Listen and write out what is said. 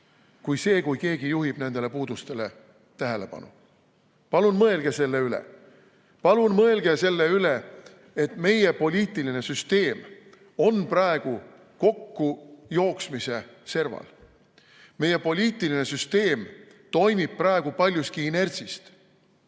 kui see, et keegi juhib nendele puudustele tähelepanu. Palun mõelge selle üle! Palun mõelge selle üle, et meie poliitiline süsteem on praegu kokkujooksmise serval. Meie poliitiline süsteem toimib praegu paljuski inertsist.